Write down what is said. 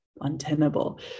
Untenable